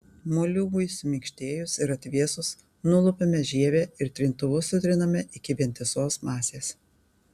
moliūgui suminkštėjus ir atvėsus nulupame žievę ir trintuvu sutriname iki vientisos masės